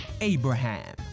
Abraham